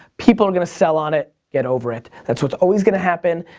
people are gonna sell on it, get over it. that's what's always gonna happen.